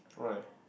alright